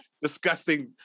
disgusting